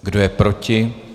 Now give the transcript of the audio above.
Kdo je proti?